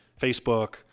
Facebook